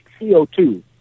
CO2